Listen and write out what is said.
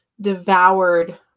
devoured